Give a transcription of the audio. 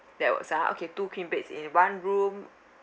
that was uh okay two queen beds in one room